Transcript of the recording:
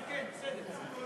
כן, כן, בסדר.